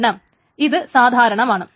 കാരണം ഇത് സാധാരണമാണ്